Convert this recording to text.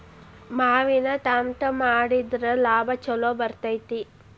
ಮಾವಿನ ತ್ವಾಟಾ ಮಾಡಿದ್ರ ಲಾಭಾ ಛಲೋ ಬರ್ತೈತಿ